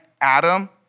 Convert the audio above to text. Adam